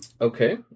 Okay